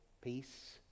Peace